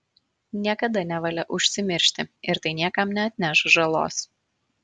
niekada nevalia užsimiršti ir tai niekam neatneš žalos